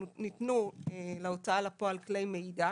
ניתנו להוצאה לפועל, מידע